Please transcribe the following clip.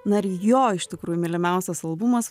na ir jo iš tikrųjų mylimiausias albumas